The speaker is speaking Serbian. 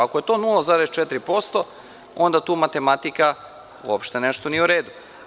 Ako je to 0,4% onda tu matematika uopšte nešto nije u redu.